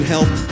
help